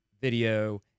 video